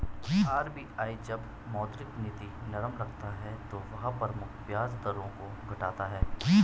RBI जब मौद्रिक नीति नरम रखता है तो वह प्रमुख ब्याज दरों को घटाता है